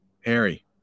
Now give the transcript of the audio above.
Harry